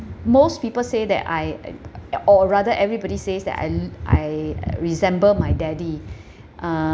most people say that I I or or rather everybody says that and I l~ I uh resemble my daddy uh